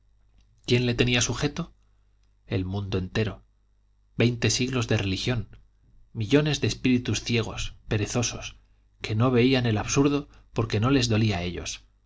quién le tenía sujeto el mundo entero veinte siglos de religión millones de espíritus ciegos perezosos que no veían el absurdo porque no les dolía a ellos